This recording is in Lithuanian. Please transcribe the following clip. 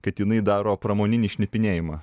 kad jinai daro pramoninį šnipinėjimą